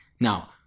now